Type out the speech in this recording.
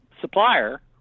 supplier